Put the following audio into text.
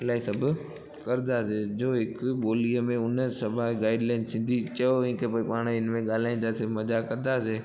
इलाही सभु करंदासीं जो हिक ॿोलीअ में हुन सभु आहे गाइड लाइन सिधी चयो हुयई कि भई पाणि हिन में ॻाल्हाईंदासीं मज़ाक कंदासीं